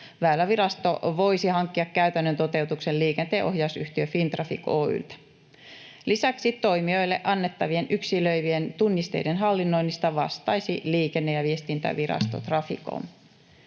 Väylävirasto voisi hankkia käytännön toteutuksen Liikenteenohjausyhtiö Fintraffic Oy:ltä. Lisäksi toimijoille annettavien yksilöivien tunnisteiden hallinnoinnista vastaisi Liikenne- ja viestintävirasto Traficom.